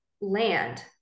land